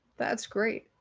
that's great.